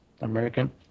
American